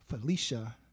Felicia